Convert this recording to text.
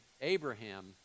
Abraham